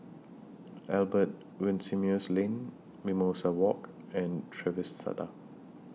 Albert Winsemius Lane Mimosa Walk and Trevista